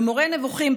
במורה נבוכים,